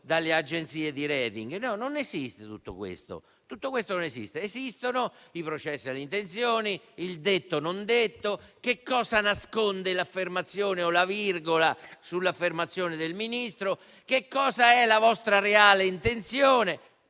di *rating*. No, tutto questo non esiste. Esistono i processi alle intenzioni, il detto e non detto, che cosa nasconde l'affermazione o la virgola sull'affermazione del Ministro, che cosa è la vostra reale intenzione.